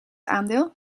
aandeel